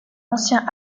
ancien